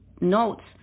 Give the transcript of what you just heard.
notes